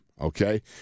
okay